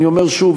אני אומר שוב,